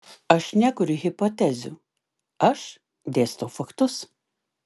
aš nekuriu hipotezių aš dėstau faktus